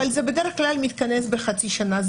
אבל זה בדרך כלל מתכנס בחצי שנה.